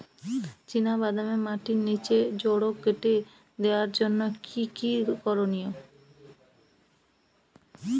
চিনা বাদামে মাটির নিচে জড় কেটে দেওয়ার জন্য কি কী করনীয়?